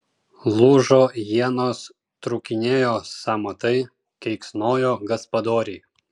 lūžo ienos trūkinėjo sąmatai keiksnojo gaspadoriai